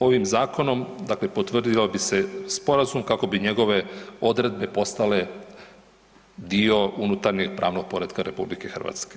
Ovim zakonom dakle potvrdio bi se sporazum kako bi njegove odredbe postale dio unutarnjeg pravnog poretka RH.